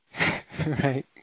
Right